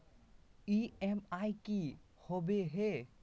EMI की होवे है?